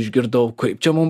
išgirdau kaip čia mum